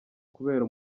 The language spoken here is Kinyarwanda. kubera